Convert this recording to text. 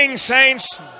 saints